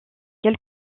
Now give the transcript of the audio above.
quelle